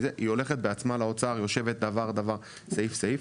היא הולכת בעצמה לאוצר ויושבת על כל הדברים וכל הסעיפים.